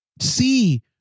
see